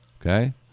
okay